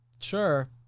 Sure